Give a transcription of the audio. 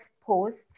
posts